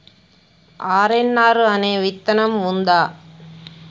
RNR అనే విత్తనం ఉందా?